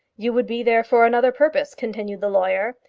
you would be there for another purpose, continued the lawyer.